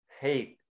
hate